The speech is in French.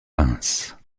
pince